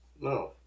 No